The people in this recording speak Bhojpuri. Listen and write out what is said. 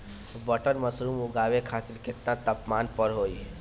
बटन मशरूम उगावे खातिर केतना तापमान पर होई?